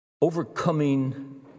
overcoming